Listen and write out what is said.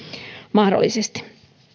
mahdollisesti